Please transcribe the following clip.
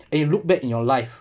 and you look back in your life